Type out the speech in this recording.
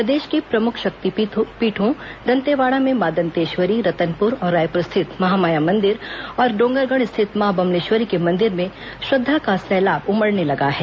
प्रदेश की प्रमुख शक्तिपीठों दंतेवाड़ा में मां दंतेश्वरी रतनपुर और रायपुर स्थित महामाया मंदिर और डोंगरगढ़ स्थित मां बम्लेश्वरी के मंदिर में श्रद्वा का सैलाब उमडने लगा है